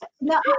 No